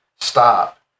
stop